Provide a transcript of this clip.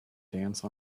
dance